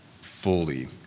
fully